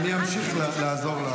אני אמשיך לעזור.